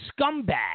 scumbag